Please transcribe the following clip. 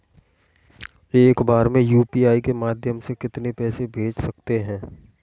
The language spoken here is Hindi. एक बार में यू.पी.आई के माध्यम से कितने पैसे को भेज सकते हैं?